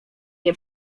nie